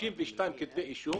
32 כתבי אישום